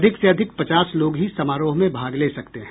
अधिक से अधिक पचास लोग ही समारोह में भाग ले सकते हैं